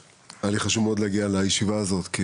היה לי חשוב מאוד להגיע היום לדיון הוועדה הזה כי